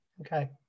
Okay